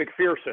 McPherson